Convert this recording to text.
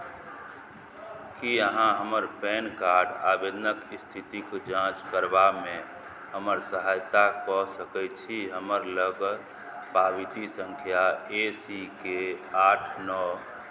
की अहाँ हमर pan card आवेदनक स्थितिक जाँच करबामे हमर सहायता कऽ सकैत छी हमर लग पावती सङ्ख्या ए सी के आठ नओ